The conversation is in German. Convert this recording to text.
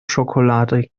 schokolade